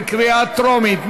בקריאה טרומית.